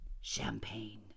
Champagne